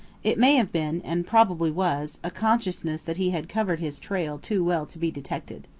it may have been, and probably was, a consciousness that he had covered his trail too well to be detected.